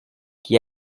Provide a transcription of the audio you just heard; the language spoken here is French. qui